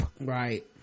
Right